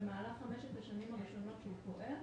במהלך חמשת השנים הראשונות שהוא פועל,